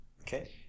Okay